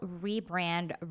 rebrand